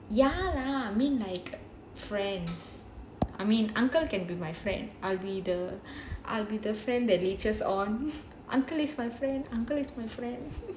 ya lah I mean like friends I mean uncle can be my friend I'll be the I'll be the friend that leeches on uncle is my friend uncle is my friend